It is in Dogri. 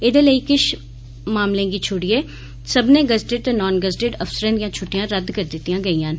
एहदे लेई किश मामलें गी दोडित्रयै सब्बने गज़टिड ते नान गज़टिड अफसरें दियां छुट्टियां रद्द करी दित्तियां गेइयां न